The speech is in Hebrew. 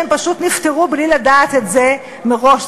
כשהם פשוט נפטרו בלי לדעת את זה מראש.